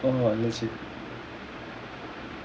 !wah! legit